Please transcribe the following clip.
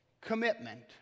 commitment